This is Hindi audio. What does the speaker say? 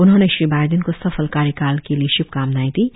उन्होंने श्री बाइडेन को सफल कार्यकाल के लिये श्भकामनाएं दीं